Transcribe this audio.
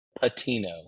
Patino